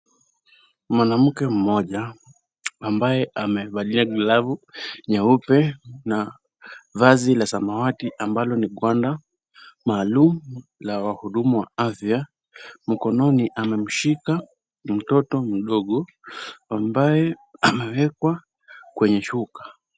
Mwanamke mmoja ambaye amevalia glavu nyeupe na vazi la samawati ambalo ni gwanda maalum la wahudumu wa afya mkononi amemshika mtoto mdogo ambaye amewekwa kwenye shuka.